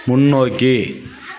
முன்னோக்கி